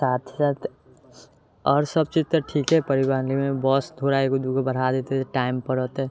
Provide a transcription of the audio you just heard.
साथ साथ आओर सभचीज तऽ ठीके परिवहनमे बस थोड़ा एगो दूगो बढ़ा दैतै टाइमपर रहतै